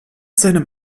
seinem